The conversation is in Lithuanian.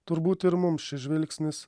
turbūt ir mums šis žvilgsnis